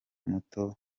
muto